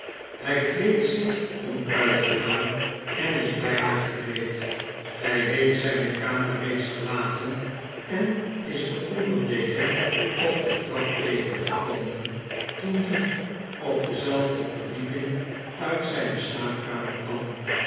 hij kleedt zich om uit te gaan en is bijna gereed hij heeft zijne kamer reeds verlaten en is den onder deken op de trap tegengekomen toen die op dezelfde verdieping uit zijne slaapkamer kwam